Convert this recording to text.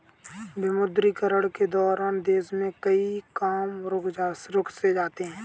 विमुद्रीकरण के दौरान देश में कई काम रुक से जाते हैं